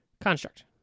Construct